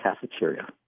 cafeteria